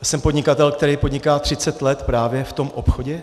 Jsem podnikatel, který podniká třicet let právě v tom obchodě.